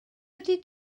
ydy